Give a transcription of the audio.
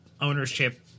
ownership